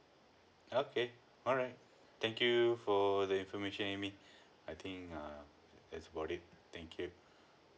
okay alright thank you for the information amy I think err that's about it thank you